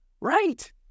right